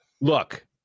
Look